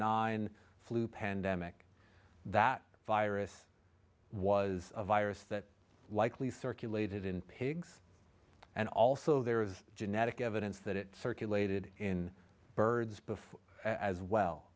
nine flu pandemic that virus was a virus that likely circulated in pigs and also there is genetic evidence that it circulated in birds